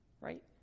right